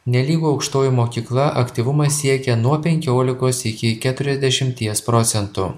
nelygu aukštoji mokykla aktyvumas siekė nuo penkiolikos iki keturiasdešimties procentų